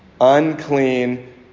Unclean